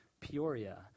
Peoria